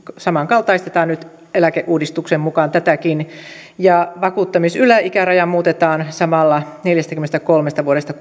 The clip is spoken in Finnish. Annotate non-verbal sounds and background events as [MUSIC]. samankaltaistetaan nyt eläkeuudistuksen mukaan tätäkin vakuuttamisyläikäraja muutetaan samalla neljästäkymmenestäkolmesta vuodesta [UNINTELLIGIBLE]